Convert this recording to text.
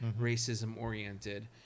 racism-oriented